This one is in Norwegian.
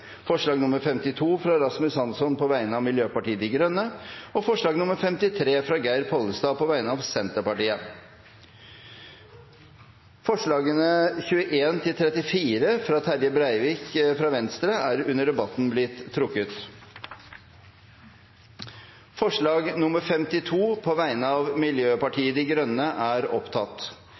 forslag nr. 52, fra Rasmus Hansson på vegne av Miljøpartiet De Grønne forslag nr. 53, fra Geir Pollestad på vegne av Senterpartiet Forslagene nr. 21–34, fra Terje Breivik på vegne av Venstre, er under debatten blitt trukket. Det voteres først over forslag nr. 52,